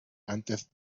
antes